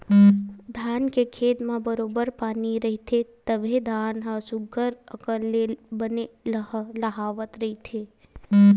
धान के खेत म बरोबर पानी रहिथे तभे धान ह सुग्घर अकन ले बने लहलाहवत रहिथे